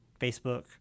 Facebook